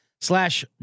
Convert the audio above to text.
slash